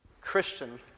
Christian